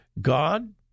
God